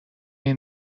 این